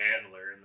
handler